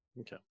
okay